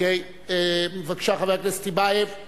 Ok. בבקשה, חבר הכנסת טיבייב.